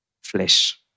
flesh